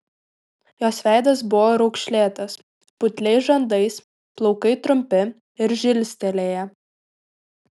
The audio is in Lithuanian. jos veidas buvo raukšlėtas putliais žandais plaukai trumpi ir žilstelėję